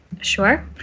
Sure